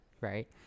Right